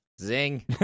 Zing